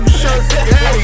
shirt